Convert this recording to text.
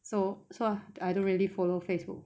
so so I don't really follow Facebook